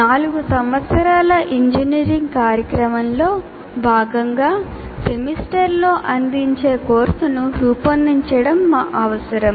నాలుగు సంవత్సరాల ఇంజనీరింగ్ కార్యక్రమంలో భాగంగా సెమిస్టర్లో అందించే కోర్సును రూపొందించడం మా అవసరం